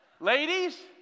Ladies